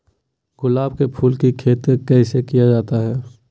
गुलाब के फूल की खेत कैसे किया जाता है?